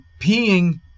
peeing